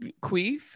queef